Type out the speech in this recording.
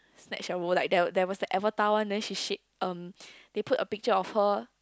snatch a role like there there was the Avatar one then she shade um they put a picture of her